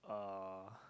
uh